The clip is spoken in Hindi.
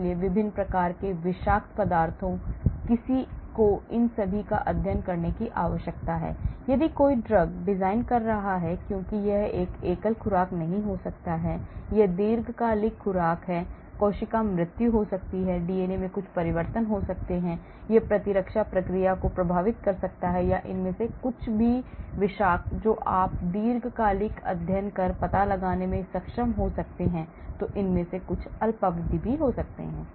इसलिए विभिन्न प्रकार के विषाक्त पदार्थों इसलिए किसी को इन सभी का अध्ययन करने की आवश्यकता है यदि कोई ड्रग्स डिज़ाइन कर रहा है क्योंकि यह एक एकल खुराक नहीं हो सकता है यह दीर्घकालिक खुराक कोशिका मृत्यु हो सकती है डीएनए में बहुत से परिवर्तन हो सकते हैं यह प्रतिरक्षा प्रतिक्रिया को प्रभावित कर सकता है या इनमें से कुछ विषाक्तता जो आप दीर्घकालिक अध्ययन पर पता लगाने में सक्षम हो सकते हैं इनमें से कुछ अल्पावधि हो सकते हैं